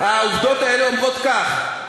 העובדות האלה אומרות כך: